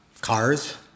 cars